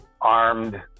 armed